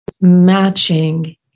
matching